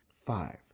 Five